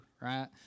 right